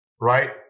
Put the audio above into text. right